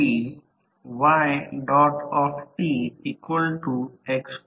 तर मुळात 3 किलोवॅट 10 म्हणजे 30 किलोवॅट तास अशाच प्रकारे पाहू